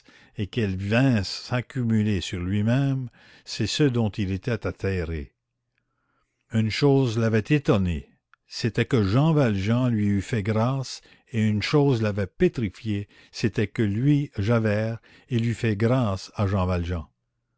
et qu'elles vinssent s'accumuler sur lui-même c'est ce dont il était atterré une chose l'avait étonné c'était que jean valjean lui eût fait grâce et une chose l'avait pétrifié c'était que lui javert il eût fait grâce à jean valjean